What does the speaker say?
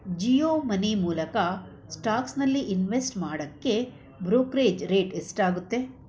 Jio money ಮೂಲಕ ಸ್ಟಾಕ್ಸ್ನಲ್ಲಿ invest ಮಾಡೋಕ್ಕೆ ಬ್ರೋಕ್ರೇಜ್ ರೇಟ್ ಎಷ್ಟಾಗುತ್ತೆ